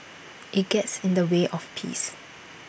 IT gets in the way of peace